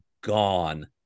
gone